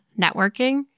networking